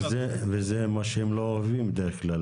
וזה מה שהם לא אוהבים בדרך כלל,